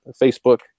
Facebook